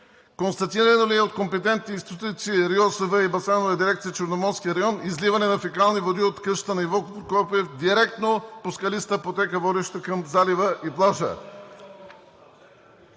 Констатирано ли е от компетентните институции РИОСВ и Басейнова дирекция „Черноморски район“ изливане на фекални води от къщата на Иво Прокопиев директно по скалистата пътека, водеща към залива и плажа?